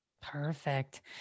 Perfect